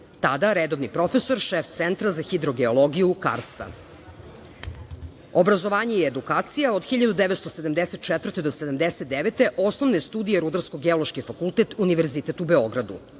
- redovni profesor, šef Centra za hidrogeologiju Karsta. Obrazovanje i edukacija: od 1974. do 1979. godine, osnovne studije Rudarsko-geološki fakultet Univerziteta u Beogradu,